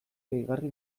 gehigarri